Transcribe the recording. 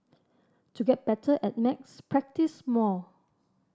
to get better at maths practise more